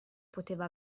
poteva